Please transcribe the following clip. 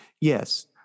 Yes